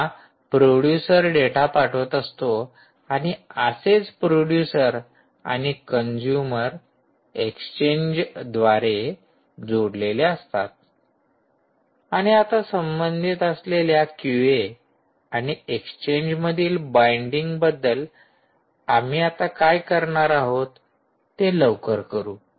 जेंव्हा producer data पाठवत असतो आणि असेच प्रोड्युसर आणि कंजूमर एक्सचेंज द्वारे जोडलेले असतात आणि आता संबंधित असलेल्या क्यूए आणि एक्सचेंज मधील बाईंडिंगबद्दल आम्ही आता काय करणार आहोत ते लवकर करू